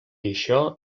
això